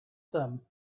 them